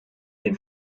den